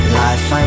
life